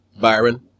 Byron